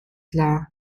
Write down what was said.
tla